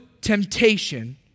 temptation